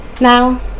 now